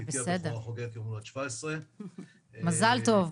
ביתי הבכורה חוגגת יום הולדת 17. מזל טוב.